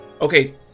okay